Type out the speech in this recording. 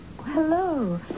Hello